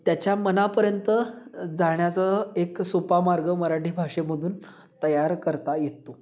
त्याच्या मनापर्यंत जाण्याचा एक सोपा मार्ग मराठी भाषेमधून तयार करता येतो